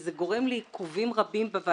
וזה גורם לעיכובים רבים בוועדה.